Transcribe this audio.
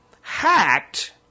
hacked